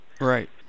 Right